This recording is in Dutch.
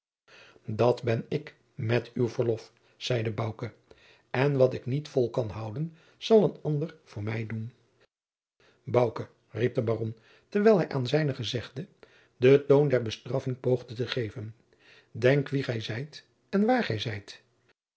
dat ben ik met uw verlof zeide bouke en wat ik niet vol kan houden zal een ander voor mij doen bouke riep de baron terwijl hij aan zijn gezegde den toon der bestraffing poogde te geven denk wie gij zijt en waar gij zijt